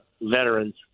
veterans